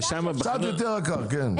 קצת יותר יקר, כן.